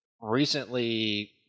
recently